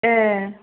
ए